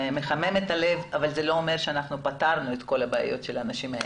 זה מחמם את הלב אבל זה לא אומר שפתרנו את כל הבעיות של האנשים האלה.